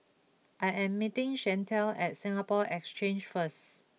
I am meeting Chantelle at Singapore Exchange first